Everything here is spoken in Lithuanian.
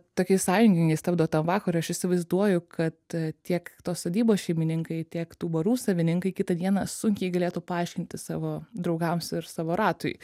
tokiais sąjungininkais tapdavo tam vakarui aš įsivaizduoju kad tiek tos sodybos šeimininkai tiek tų barų savininkai kitą dieną sunkiai galėtų paaiškinti savo draugams ir savo ratui